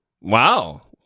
wow